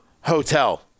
hotel